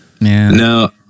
no